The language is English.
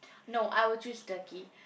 no I will choose Turkey